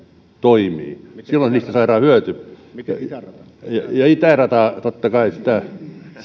toimii silloin niistä saadaan hyöty ja itärata totta kai